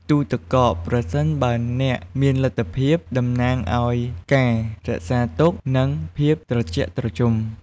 ទូទឹកកក ប្រសិនបើអ្នកមានលទ្ធភាព តំណាងឲ្យ ការរក្សាទុក និង ភាពត្រជាក់ត្រជុំ។